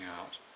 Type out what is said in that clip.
out